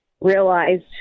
realized